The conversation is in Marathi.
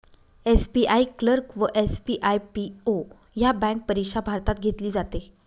एस.बी.आई क्लर्क व एस.बी.आई पी.ओ ह्या बँक परीक्षा भारतात घेतली जाते